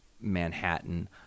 Manhattan